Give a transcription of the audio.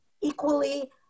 equally